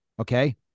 Okay